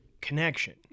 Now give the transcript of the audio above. connection